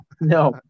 no